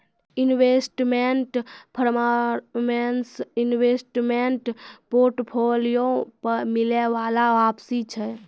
investment performance investment portfolio पे मिलै बाला वापसी छै